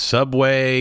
Subway